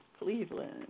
Cleveland